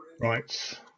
Right